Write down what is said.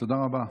תודה רבה.